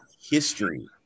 history